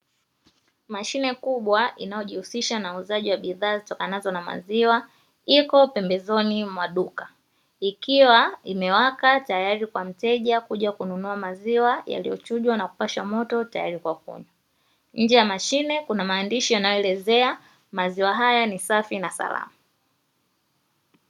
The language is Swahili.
Mashime kubwa inayojihusisha na uuzaji wa bidhaa zitokanazo na maziwa iko pembezoni mwa duka ikiwa imewaka tayari kwa mteja kuja kununua maziwa yaliyo chujwa na kupashwa moto tayari kwa kunywa, nje ya mashine kuna maandishi yanayoelezea maziwa haya ni safi na salama.